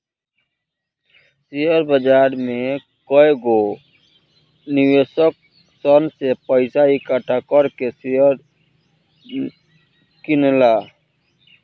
share बाजार में कएगो निवेशक सन से पइसा इकठ्ठा कर के शेयर किनला